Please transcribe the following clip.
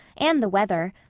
and the weather.